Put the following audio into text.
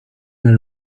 nel